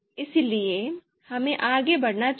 इसलिए हमें आगे बढ़ना चाहिए